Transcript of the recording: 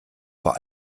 vor